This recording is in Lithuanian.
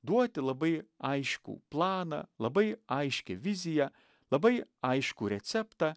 duoti labai aiškų planą labai aiškią viziją labai aiškų receptą